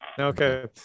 Okay